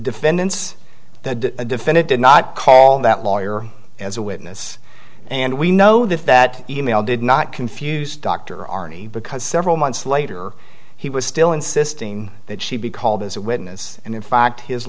defendant's the defendant did not call that lawyer as a witness and we know that that e mail did not confuse dr arnie because several months later he was still insisting that she be called as a witness and in fact his